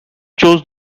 chose